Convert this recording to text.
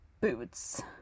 Boots